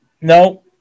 No